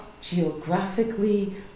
geographically